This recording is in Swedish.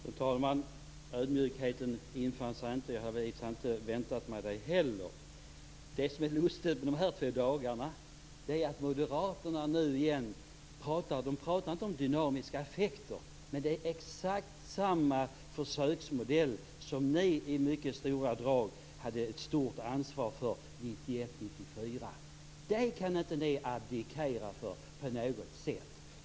Fru talman! Ödmjukheten infann sig inte. Jag hade i och för sig inte väntat mig det heller. Under de här två dagarna har moderaterna inte pratat om dynamiska effekter, men det är exakt samma försöksmodell som ni i mycket stora drag hade ett stort ansvar för 1991 1994. Det kan ni inte abdikera från.